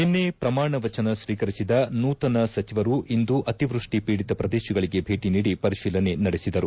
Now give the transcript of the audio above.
ನಿನ್ನೆ ಪ್ರಮಾಣ ವಚನ ಸ್ವೀಕರಿಸಿದ ನೂತನ ಸಚವರು ಇಂದು ಅತಿವೃಷ್ಠಿ ಪೀಡಿತ ಪ್ರದೇಶಗಳಗೆ ಭೇಟಿ ನೀಡಿ ಪರಿತೀಲನೆ ನಡೆಸಿದರು